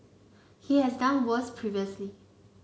he has done worse previously